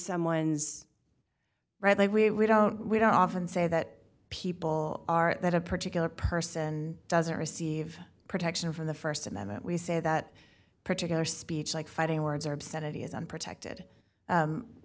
someone's right like we don't we don't often say that people are that a particular person doesn't receive protection from the st amendment we say that particular speech like fighting words or obscenity isn't protected